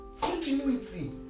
continuity